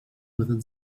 within